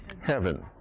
heaven